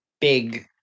big